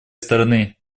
стороны